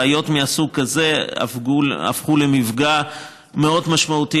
בעיות מסוג כזה הפכו למפגע מאוד משמעותי